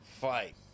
fight